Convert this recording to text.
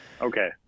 Okay